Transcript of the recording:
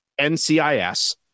NCIS